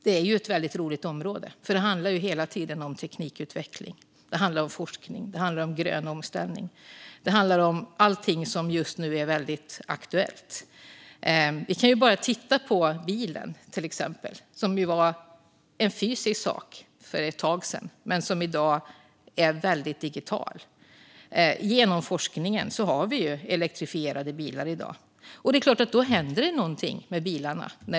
Det är ett väldigt roligt område, för det handlar hela tiden om teknikutveckling, forskning, grön omställning och allting som just nu är väldigt aktuellt. Jag kan ta bilen som exempel. För ett tag sedan var det en fysisk sak, men i dag är den väldigt digital. Tack vare forskningen finns det i dag elektrifierade bilar, och då är det klart att det händer någonting med bilarna.